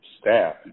staff